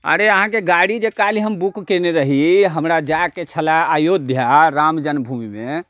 अरे अहाँके गाड़ी जे काल्हि हम बुक केने रही हमरा जाइके छलै अयोध्या राम जन्मभूमिमे